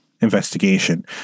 investigation